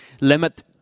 limit